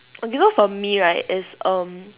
okay so for me right it's um